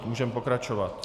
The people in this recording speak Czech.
Můžeme pokračovat.